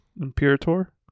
Imperator